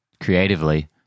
creatively